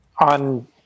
on